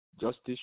justice